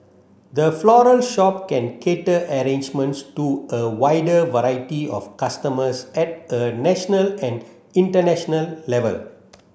the floral shop can cater arrangements to a wider variety of customers at a national and international level